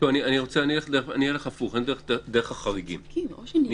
כדי שגם הציבור יוכל להבין מה אנחנו --- אני אלך הפוך,